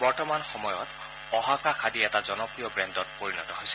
বৰ্তমান সময়ত অ'হাকা খাদী এটা জনপ্ৰিয় ব্ৰেণ্ডত পৰিণত হৈছে